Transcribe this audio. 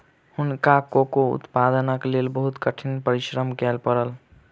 हुनका कोको उत्पादनक लेल बहुत कठिन परिश्रम करय पड़ल